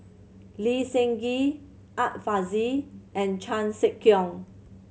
Lee Seng Gee Art Fazil and Chan Sek Keong